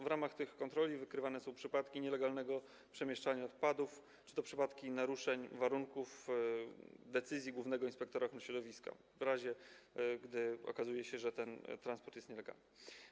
W ramach tych kontroli wykrywane są przypadki nielegalnego przemieszczania odpadów czy przypadki naruszeń warunków decyzji głównego inspektora ochrony środowiska, gdy okazuje się, że ten transport jest nielegalny.